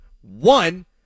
One